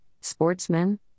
sportsmen